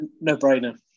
No-brainer